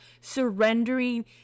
surrendering